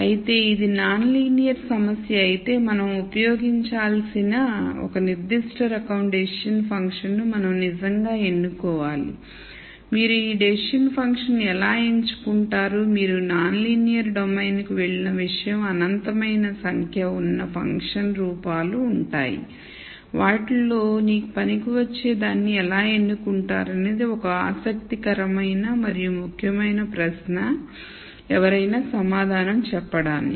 అయితే ఇది non linear సమస్య అయితే మనం ఉపయోగించాల్సిన ఒక నిర్దిష్ట రకం డెసిషన్ ఫంక్షన్ను మనం నిజంగా ఎన్నుకోవాలి మీరు ఈ డెసిషన్ ఫంక్షన్ని ఎలా ఎంచుకుంటారు మీరు నాన్ లీనియర్ డొమైన్కు వెళ్ళిన నిమిషం అనంతమైన సంఖ్య ఉన్న ఫంక్షన్ రూపాలు ఉంటాయి వాటిలో నీకు పనికి వచ్చే దాన్ని ఎలా ఎన్నుకుంటారు అనేది ఒక ఆసక్తికరమైన మరియు ముఖ్యమైన ప్రశ్న ఎవరైనా సమాధానం చెప్పడానికి